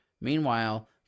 Meanwhile